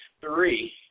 three